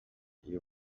you